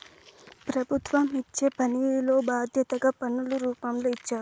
ప్రభుత్వం ఇచ్చే పనిలో బాధ్యతగా పన్నుల రూపంలో ఇచ్చారు